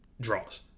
Draws